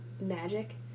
magic